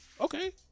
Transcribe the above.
Okay